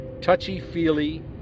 touchy-feely